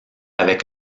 avec